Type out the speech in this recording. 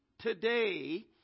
Today